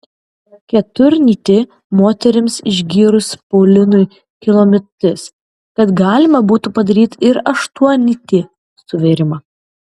keturnytį moterims išgyrus paulinui kilo mintis kad galima būtų padaryti ir aštuonnytį suvėrimą